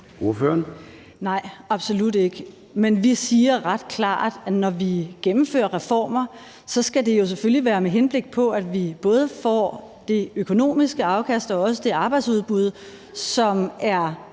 (NB): Nej, absolut ikke, men vi siger ret klart, at når vi gennemfører reformer, skal det selvfølgelig være, med henblik på at vi både får det økonomiske afkast og det arbejdsudbud, som er